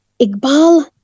Iqbal